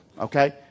Okay